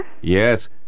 Yes